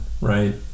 right